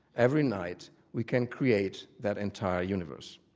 every night, we can create that entire universe.